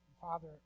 Father